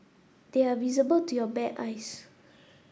they are visible to your bare eyes